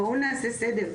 בואו נעשה סדר,